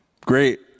great